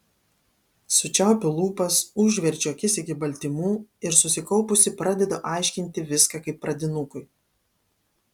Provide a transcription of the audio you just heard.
sučiaupiu lūpas užverčiu akis iki baltymų ir susikaupusi pradedu aiškinti viską kaip pradinukui